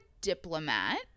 diplomat